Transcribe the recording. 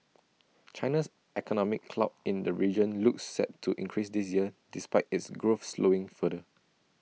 China's economic clout in the region looks set to increase this year despite its growth slowing further